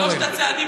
שלושת הצעדים,